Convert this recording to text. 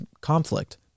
conflict